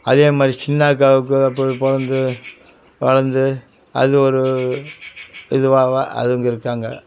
அதேமாதிரி சின்ன அக்காவுக்கு அப்புறம் பிறந்து வளர்ந்து அது ஒரு இதுவாக அவங்க இருக்காங்க